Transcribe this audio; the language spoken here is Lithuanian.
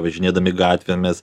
važinėdami gatvėmis